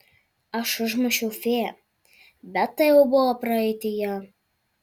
aš užmušiau fėją bet tai jau buvo praeityje